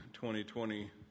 2020